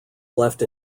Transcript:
left